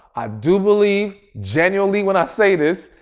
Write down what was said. i do believe genuinely when i say this,